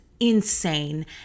insane